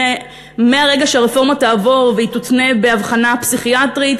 ומהרגע שהרפורמה תעבור והיא תותנה באבחנה פסיכיאטרית,